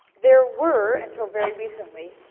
there were, until very recently,